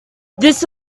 this